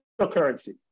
cryptocurrency